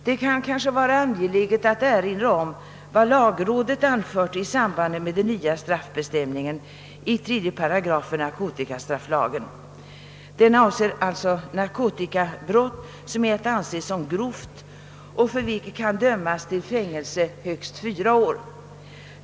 Det kan kanske vara angeläget att erinra om vad lagrådet anfört i samband med den nya straffbestämningen i 3 § narkotikastrafflagen. Den avser alltså narkotikabrott som är att anse som grovt och för vilket kan dömas till fängelse i högst fyra år.